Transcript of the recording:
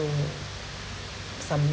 some